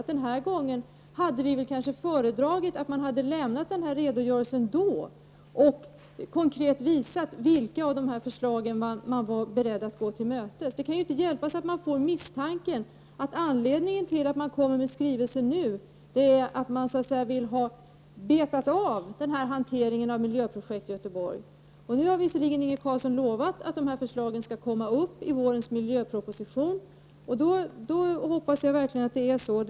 Men den här gången hade vi kanske föredragit att den här redogörelsen hade lämnats till våren och att man då konkret hade visat vilka av förslagen som man är beredd att stödja. Det kan inte hjälpas, men misstanken dyker upp att anledningen till att man kommer med den här skrivelsen nu är att man så att säga vill ha betat av hanteringen av Miljöprojekt Göteborg. Visserligen har Inge Carlsson lovat att förslagen skall tas upp i vårens miljöproposition. Jag hoppas verkligen att så blir fallet.